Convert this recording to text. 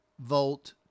volt